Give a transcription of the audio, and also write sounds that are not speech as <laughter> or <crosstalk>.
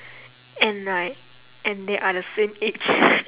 and like and they are the same age <breath>